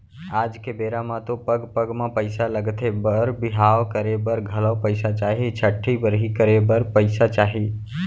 आज के बेरा म तो पग पग म पइसा लगथे बर बिहाव करे बर घलौ पइसा चाही, छठ्ठी बरही करे बर पइसा चाही